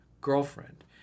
girlfriend